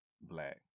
black